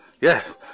Yes